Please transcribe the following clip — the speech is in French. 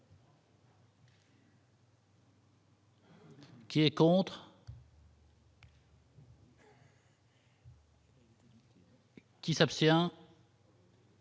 Qui est contre. Qui s'abstient.